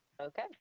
Okay